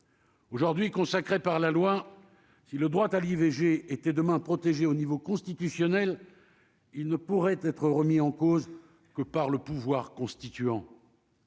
aujourd'hui consacré par la loi, si le droit à l'IVG était demain protéger au niveau constitutionnel, il ne pourrait être remis en cause que par le pouvoir constituant.